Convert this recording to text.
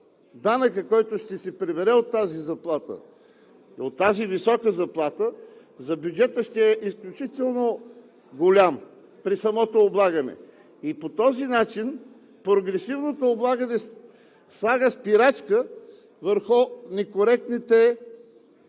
данъка, който ще се прибере от тази заплата, от тази висока заплата за бюджета ще е изключително голямо при самото облагане. По този начин прогресивното облагане слага спирачка върху некоректните фирми,